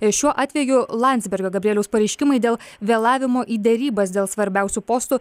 ir šiuo atveju landsbergio gabrieliaus pareiškimai dėl vėlavimo į derybas dėl svarbiausių postų